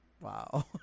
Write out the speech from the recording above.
wow